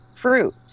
fruit